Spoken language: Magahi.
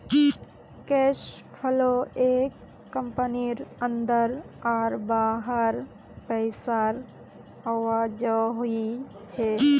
कैश फ्लो एक कंपनीर अंदर आर बाहर पैसार आवाजाही छे